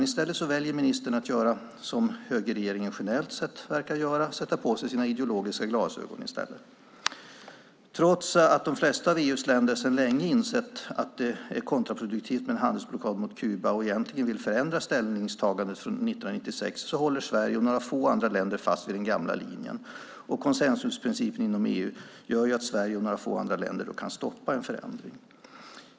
I stället väljer ministern att, som högerregeringen generellt sett verkar göra, sätta på sig sina ideologiska glasögon. Trots att de flesta av EU:s länder sedan länge insett att det är kontraproduktivt med en handelsblockad mot Kuba och egentligen vill förändra ställningstagandet från 1996 håller Sverige och några få andra länder fast vid den gamla linjen. Konsensusprincipen inom EU gör att Sverige och några få andra länder kan stoppa en förändring.